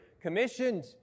commissioned